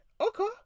okay